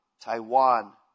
Taiwan